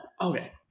okay